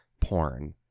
porn